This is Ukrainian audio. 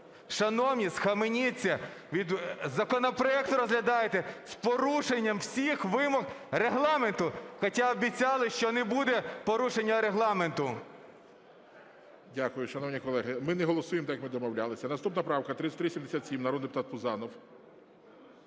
Шановні, схаменіться, законопроект розглядаєте з порушенням всіх вимог Регламенту. Хоча обіцяли, що не буде порушення Регламенту. ГОЛОВУЮЧИЙ. Дякую. Шановні колеги, ми не голосуємо, як і домовлялися. Наступна правка 3377, народний депутат Пузанов.